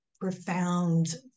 profound